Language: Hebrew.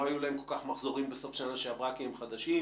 היו להם מחזורים בסוף השנה שעברה כי הם רק הוקמו.